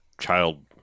child